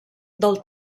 del